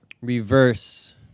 reverse